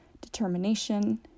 determination